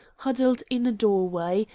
huddled in a doorway,